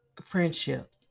Friendship